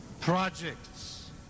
projects